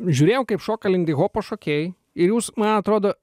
žiūrėjau kaip šoka lindihopo šokiai ir jūs man atrodo